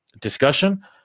discussion